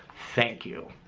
thank you.